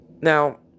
Now